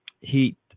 heat